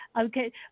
Okay